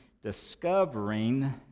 Discovering